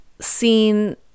seen